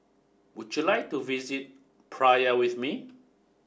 would you like to visit Praia with me